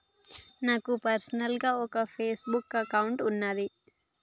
నాకు పర్సనల్ గా ఒక ఫేస్ బుక్ అకౌంట్ వున్నాది